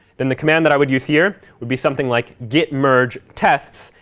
then the command that i would use here would be something like git merge tests.